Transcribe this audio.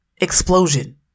explosion